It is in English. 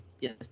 Yes